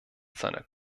seiner